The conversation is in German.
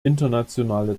internationale